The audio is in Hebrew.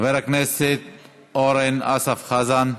חבר הכנסת אורן אסף חזן,